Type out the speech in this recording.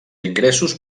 ingressos